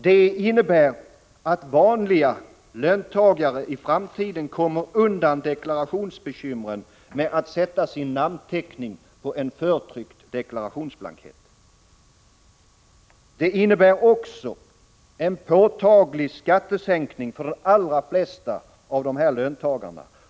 Det innebär, att ”vanliga” löntagare i framtiden kommer undan deklarationsbekymren med att sätta sin namntecknig på en förtryckt deklarationsblankett. Det innebär också en påtaglig skattesänkning för de flesta av de här löntagarna.